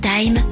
Time